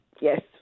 Yes